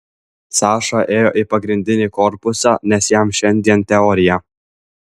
saša ėjo į pagrindinį korpusą nes jam šiandien teorija